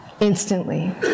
Instantly